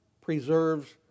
preserves